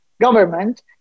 government